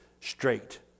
straight